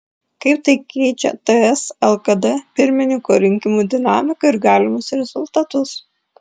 kaip tai keičia ts lkd pirmininko rinkimų dinamiką ir galimus rezultatus